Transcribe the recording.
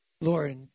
Lord